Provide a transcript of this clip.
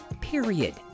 period